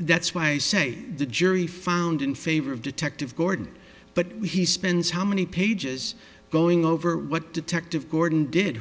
that's why i say the jury found in favor of detective gordon but he spends how many pages going over what detective gordon did